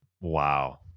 Wow